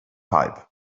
pipe